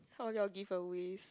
all your giveaways